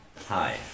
Hi